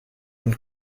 und